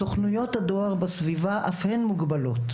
סוכנויות הדואר בסביבה אף הן מוגבלות,